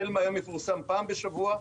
החל מהיום יפורסם פעם בשבוע,